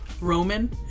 Roman